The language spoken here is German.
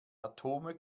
atome